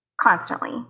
constantly